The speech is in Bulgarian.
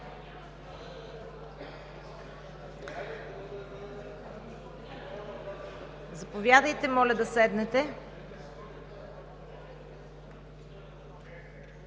Заповядайте, моля да седнете.